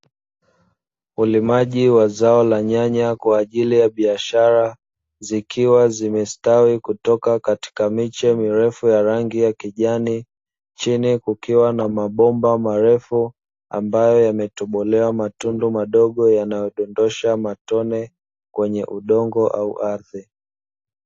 Ulimaji wa zao la nyanya kwa ajili ya biashara zikiwa zimestawi kutoka katika miche mirefu ya rangi ya kijani, chini kukiwa na mabomba marefu ambayo yametobolewa matundu madogo yanayodondosha matone kwenye udongo au ardhi.